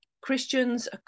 Christians